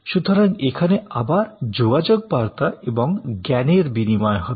সুতরাং এখানে আবার যোগাযোগ বার্তা এবং জ্ঞানের বিনিময় হবে